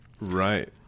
Right